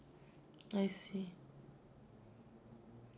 I see